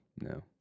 no